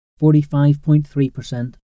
45.3%